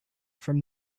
from